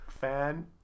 fan